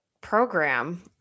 program